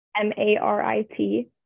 m-a-r-i-t